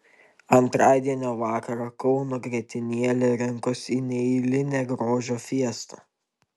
antradienio vakarą kauno grietinėlė rinkosi į neeilinę grožio fiestą